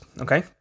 okay